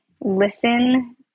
Listen